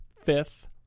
fifth